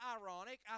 ironic